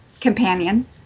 companion